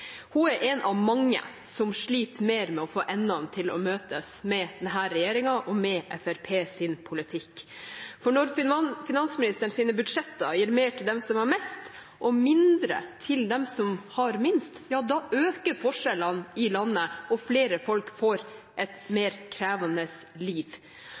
Hun er en av mange som sliter mer med å få endene til å møtes med denne regjeringen og Fremskrittspartiets politikk. For når finansministerens budsjetter gir mer til dem som har mest, og mindre til dem som har minst, øker forskjellene i landet, og flere folk får et mer krevende liv.